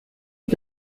die